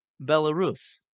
Belarus